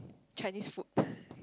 Chinese food